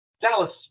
Dallas